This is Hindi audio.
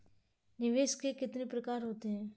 निवेश के कितने प्रकार होते हैं?